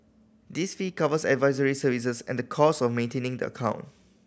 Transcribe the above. this fee covers advisory services and the costs of maintaining the account